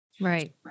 Right